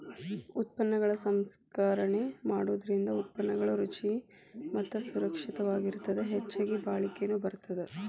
ಉತ್ಪನ್ನಗಳ ಸಂಸ್ಕರಣೆ ಮಾಡೋದರಿಂದ ಉತ್ಪನ್ನಗಳು ರುಚಿ ಮತ್ತ ಸುರಕ್ಷಿತವಾಗಿರತ್ತದ ಹೆಚ್ಚಗಿ ಬಾಳಿಕೆನು ಬರತ್ತದ